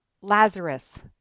Lazarus